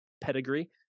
pedigree